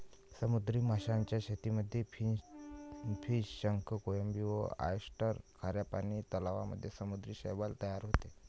समुद्री माशांच्या शेतीमध्ये फिनफिश, शंख, कोळंबी व ऑयस्टर, खाऱ्या पानी तलावांमध्ये समुद्री शैवाल तयार होते